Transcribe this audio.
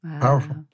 powerful